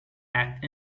act